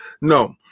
No